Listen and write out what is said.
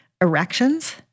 erections